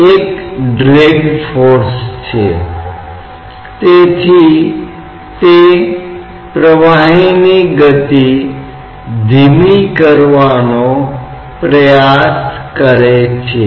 अब हमने महसूस किया है कि दबाव एक वितरित बल की तरह है क्योंकि यह गहराई के साथ बदलता रहता है